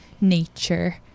nature